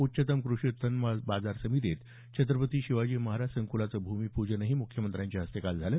उच्वत्तम कृषी उत्पन्न बाजार समितीत छत्रपती शिवाजी महाराज संकुलाचं भूमिपूजनही मुख्यमंत्र्यांच्या हस्ते काल झालं